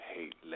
Hate